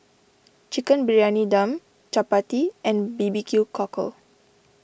Chicken Briyani Dum Chappati and B B Q Cockle